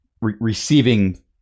receiving